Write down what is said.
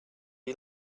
you